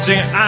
Sing